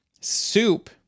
soup